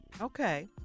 Okay